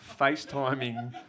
FaceTiming